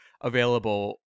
available